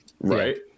right